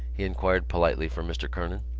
he inquired politely for mr. kernan,